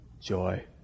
joy